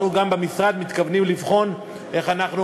אנחנו במשרד גם מתכוונים לבחון איך אנחנו